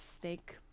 snake